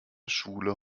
schule